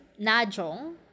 Najong